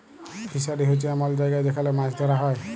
fishery হছে এমল জায়গা যেখালে মাছ ধ্যরা হ্যয়